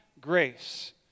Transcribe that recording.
grace